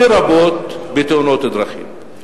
לרבות בתאונות דרכים,